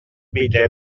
bitllet